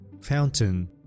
fountain